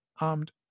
armed